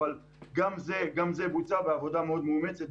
אבל גם זה בוצע בעבודה מאוד מאומצת,